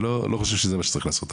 ואני לא חושב שזה מה שצריך לעשות.